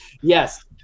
Yes